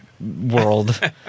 world